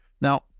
Now